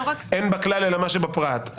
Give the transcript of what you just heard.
אין בכלל אלא מה שבפרט.